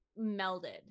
melded